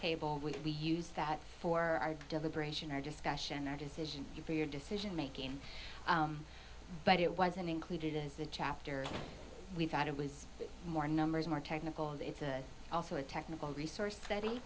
table with we use that for our deliberation our discussion our decision for your decision making but it wasn't included in the chapter we thought it was more numbers more technical and it's also a technical resource